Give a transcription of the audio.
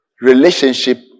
relationship